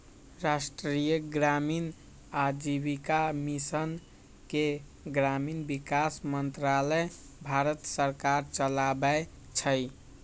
राष्ट्रीय ग्रामीण आजीविका मिशन के ग्रामीण विकास मंत्रालय भारत सरकार चलाबै छइ